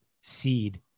seed